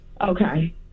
Okay